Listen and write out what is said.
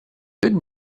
good